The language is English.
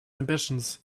ambitions